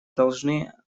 должны